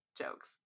jokes